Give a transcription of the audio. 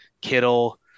Kittle